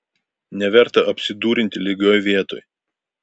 neverta apsidūrinti lygioj vietoj